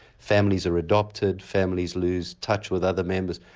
families are adopted, families lose touch with other members,